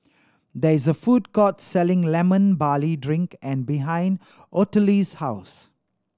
there is a food court selling Lemon Barley Drink and behind Ottilie's house